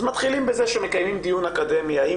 אז מתחילים בזה שמקיימים דיון קדמי האם